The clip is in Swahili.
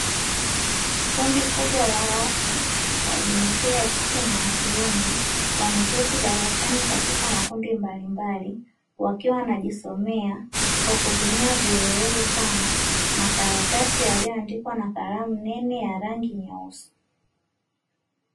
Kundi kubwa la watu wa jinsia ya kike na ya kiume wameketi darasani katika makundi mbalimbali, wakiwa wanajisomea kwa kutumia vielelezo kama makaratasi yaliyoandikwa na kalamu nene ya rangi nyeusi.